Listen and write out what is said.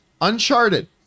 uncharted